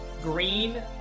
green